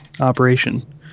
operation